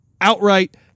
outright